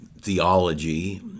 theology